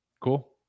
Cool